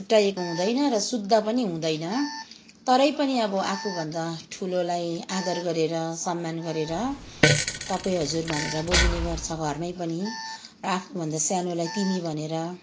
छुट्टाएको हुँदैन र शुद्ध पनि हुँदैन तरै पनि अब आफूभन्दा ठुलोलाई आदर गरेर सम्मान गरेर तपाईँ हजुर भनेर बोलिने गर्छ घरमै पनि र आफूभन्दा सानोलाई तिमी भनेर